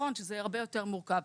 נכון שזה הרבה יותר מורכב.